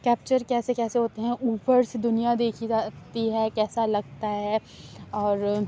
capture کیسے کیسے ہوتے ہیں اُوپر سے دنیا دیکھی جاتی ہے کیسا لگتا ہے اور